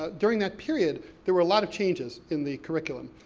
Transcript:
ah during that period, there were a lot of changes in the curriculum,